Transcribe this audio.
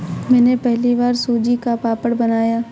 मैंने पहली बार सूजी का पापड़ बनाया